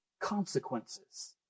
consequences